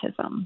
autism